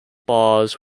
bars